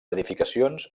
edificacions